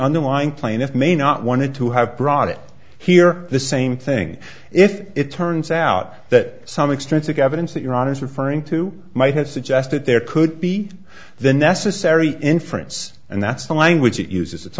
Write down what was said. underlying plaintiff may not wanted to have brought it here the same thing if it turns out that some extensive evidence that iran is referring to might have suggested there could be the necessary inference and that's the language it uses it's